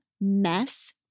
Mess